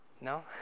No